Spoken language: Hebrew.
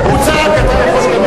הוא צעק, אתה יכול,